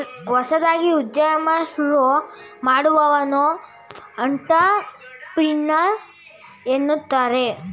ಹೊಸದಾಗಿ ಉದ್ಯಮ ಶುರು ಮಾಡುವವನನ್ನು ಅಂಟ್ರಪ್ರಿನರ್ ಎನ್ನುತ್ತಾರೆ